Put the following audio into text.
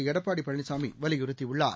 எடப்பாடிபழனிசாமிவலியுறுத்தியுள்ளார்